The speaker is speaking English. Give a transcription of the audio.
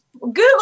Google